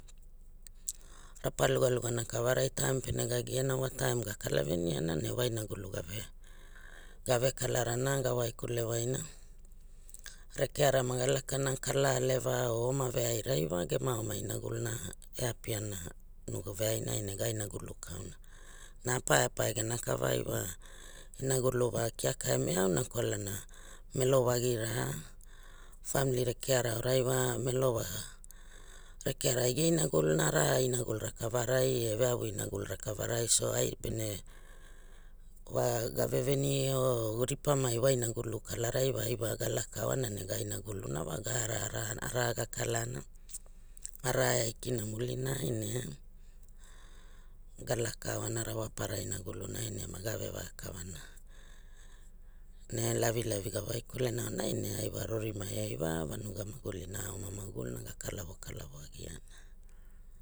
Rapa lugalugana kairai taim pene ga giana wa taim ga kalavenana ne wa inagulu gave gave kalarana ga waikule waina rekeara nma ga lakana kala aleva or oma verirai wa gnia oma inagulna e apiana veai rai ne ga inagulu kaina na apai apai gera kalai wa inagulu wa keaka e meau na kwalana melo wagira famili rekeana aurai wa melo wa rekeara aige inaguluna ara a inagulura kavarai e veaivu inagulura kalarai so ai pene wa gave venio ripamai wa inagulu kalarai wa ai awa ga laka oana ne ga inagulu wa ga ara a ara a na ara a ga kalana arava e aikina mulinai ne ga laka oana rawapara inagulunai ne maga ve vakava na ne lavilavi ga wai kule na aonai ne ai wa rorimai ai wa vanuga magulina e oma ma guguluna ga kalavo kalavo agiana.